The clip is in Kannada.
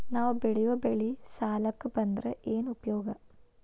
ನಾವ್ ಬೆಳೆಯೊ ಬೆಳಿ ಸಾಲಕ ಬಂದ್ರ ಏನ್ ಉಪಯೋಗ?